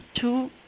two